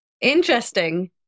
Interesting